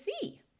see